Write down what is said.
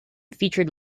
featured